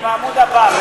בעמוד הבא,